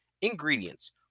Ingredients